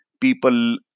people